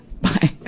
Bye